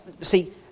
See